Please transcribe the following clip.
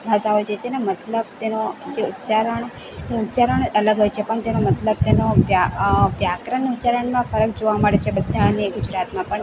ભાષા હોય છે તેનો મતલબ તેનો જે ઉચ્ચારણ ઉચ્ચારણ અલગ હોય છે પણ તેનો મતલબ તેનો વ્યાકરણ ને ઉચ્ચારણમાં ફરક જોવા મળે છે બધાંયને ગુજરાતમાં પણ તેનો